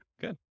good